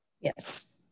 yes